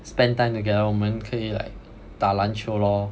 spend time together 我们可以 like 打篮球 lor